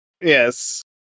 Yes